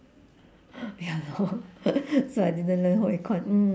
ya lor so I didn't learn home econ mm